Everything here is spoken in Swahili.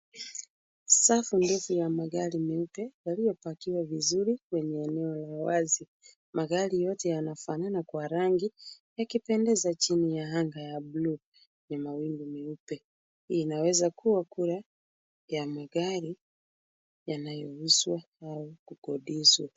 Safu ndefu ya magari meupe yaliyo pakiwa vizuri kwenye eneo la wazi. Magari yote yanafanana kwa rangi yakipendeza chini ya anga ya buluu na mawingu meupe. Inaweza kua ya magari yanayo uzwa au kukodishwa.